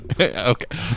Okay